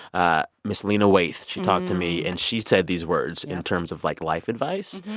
ah ms. lena waithe she talked to me. and she said these words in terms of, like, life advice.